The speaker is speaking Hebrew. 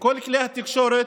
וכל כלי התקשורת